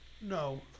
No